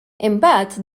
imbagħad